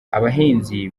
abahinzi